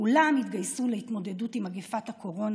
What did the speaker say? כולם התגייסו להתמודדות עם מגפת הקורונה